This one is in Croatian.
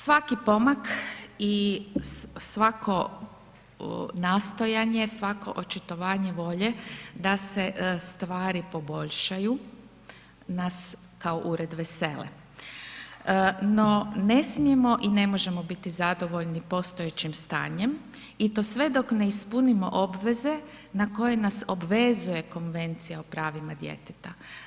Svaki pomak i svako nastojanje, svako očitovanje volje da se stvari poboljšaju nas kao ured vesele no ne smijemo i ne možemo biti zadovoljni postojećim stanjem i to sve dok ne ispunimo obveze na koje nas obvezuje Konvencija o pravima djeteta.